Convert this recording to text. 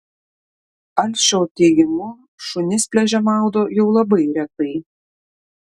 alšio teigimu šunis pliaže maudo jau labai retai